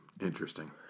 Interesting